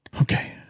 okay